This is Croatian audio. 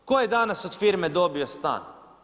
Tko je danas od firme dobio stan?